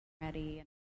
ready